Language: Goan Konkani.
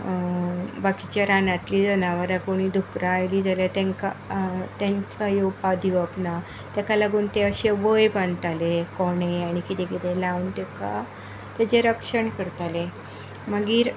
बाकीची रानांतलीं जनावरां कोणूय दुकरां आयलीं जाल्यार तांकां तांकां येवपाक दिवप ना ताका लागून ते अशें वंय बांदताले कोणे आनी कितें कितें लावन ताका ताजे रक्षण करताले मागीर